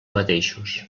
mateixos